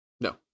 No